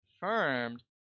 confirmed